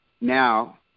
now